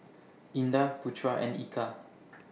Indah Putera and Eka